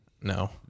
No